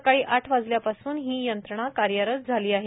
सकाळी आठ वाजल्यापासून ही यंत्रणा कार्यरत झाली आहे